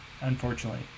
unfortunately